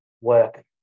work